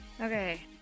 Okay